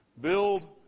build